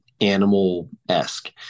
animal-esque